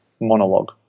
monologue